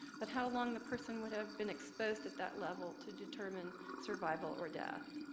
but how long the person would have been exposed at that level to determine survival or death.